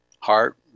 heart